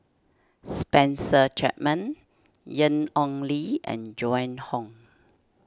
Spencer Chapman Ian Ong Li and Joan Hon